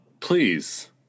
please